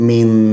Min